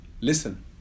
listen